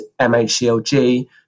MHCLG